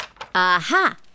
Aha